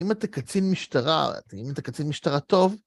אם אתה קצין משטרה, אם אתה קצין משטרה טוב,